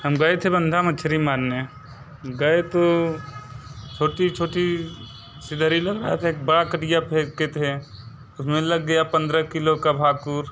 हम गए थे बंधा मछली मारने गए तो छोटी छोटी सिलेहरी लोग आ के एक बरा कटिया फेकते थें उसमें लग गया पंद्रह किलो का भाकुर